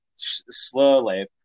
slowly